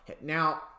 Now